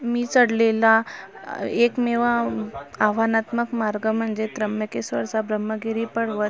मी चढलेला एकमेव आ आव्हानात्मक मार्ग म्हणजे त्र्यंबकेश्वरचा ब्रह्मगिरी पर्वत